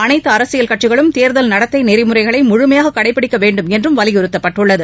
அனைத்து அரசியல் கட்சிகளும் தேர்தல் நடத்தை நெறிமுறைகளை முழுமையாக கடைபிடிக்க வேண்டுமென்றும் வலியுறுத்தப்பட்டுள்ளது